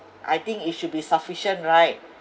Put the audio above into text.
I think it should be sufficient right